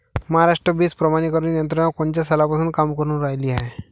महाराष्ट्रात बीज प्रमानीकरण यंत्रना कोनच्या सालापासून काम करुन रायली हाये?